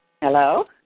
Hello